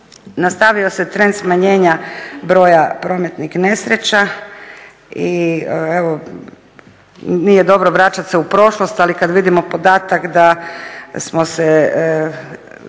nastavio se trend smanjenja broja prometnih nesreća i evo nije dobro vraćat se u prošlost, ali kad vidimo podatak da smo se